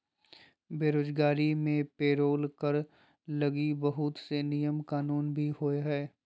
बेरोजगारी मे पेरोल कर लगी बहुत से नियम कानून भी हय